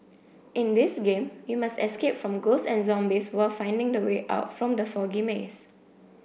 in this game you must escape from ghosts and zombies while finding the way out from the foggy maze